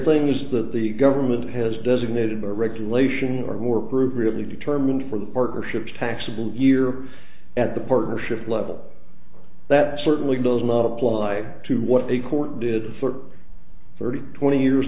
things that the government has designated a regulation or work group really determined for the partnerships taxable year at the partnership level that certainly does not apply to what the court did thirty thirty twenty years